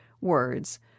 words